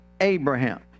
Abraham